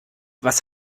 was